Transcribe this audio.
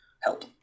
help